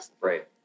Right